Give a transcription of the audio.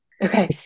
Okay